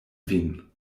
vin